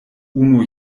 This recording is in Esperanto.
unu